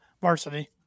varsity